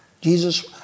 Jesus